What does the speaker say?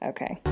Okay